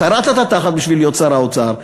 קרעת את התחת בשביל להיות שר האוצר,